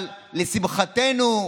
אבל "לשמחתנו",